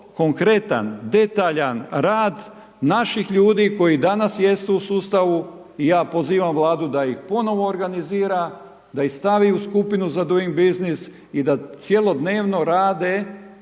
konkretan, detaljan rad naših ljudi koji danas jesu u sustavu i ja pozivam Vladu da ih ponovno organizira, da ih stavi u skupinu za Doing Business i da cjelodnevno rade